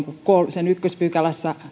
sen ensimmäisessä pykälässä